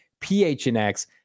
PHNX